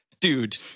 dude